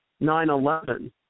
9-11